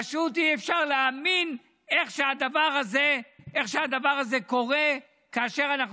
פשוט אי-אפשר להאמין איך הדבר הזה קורה כאשר אנחנו